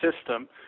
system